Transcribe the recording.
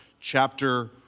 chapter